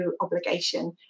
obligation